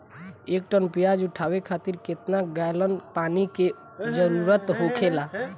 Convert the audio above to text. एक टन प्याज उठावे खातिर केतना गैलन पानी के जरूरत होखेला?